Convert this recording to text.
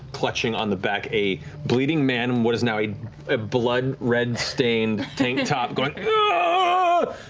clutching on the back a bleeding man in what is now a a blood red-stained tank top, going ah